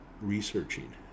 researching